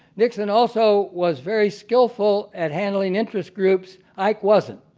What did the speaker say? nixon also was very skillful at handling interest groups, ike wasn't.